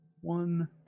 one